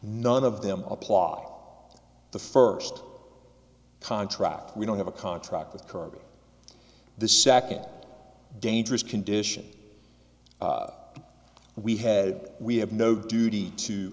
none of them applaud the first contract we don't have a contract with curbing the second dangerous condition we had we have no duty to